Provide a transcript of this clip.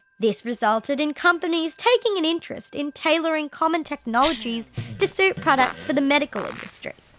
this resulted in companies taking an interest in tailoring common technologies to suit products for the medical industry.